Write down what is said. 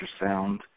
ultrasound